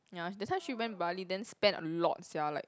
ya that's why she went Bali then spend a lot sia like